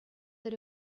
that